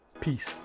Peace